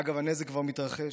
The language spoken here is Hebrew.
אגב, הנזק כבר מתרחש,